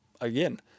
again